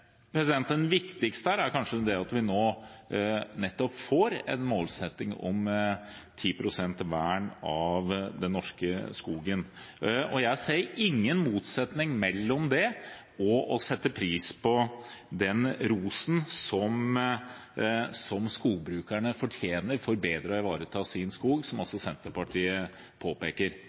viktigste her er kanskje det at vi nå får en målsetting om vern av 10 pst. av den norske skogen. Jeg ser ingen motsetning mellom det og det å sette pris på den rosen som skogbrukerne fortjener for bedre å ivareta sin skog, som altså Senterpartiet påpeker.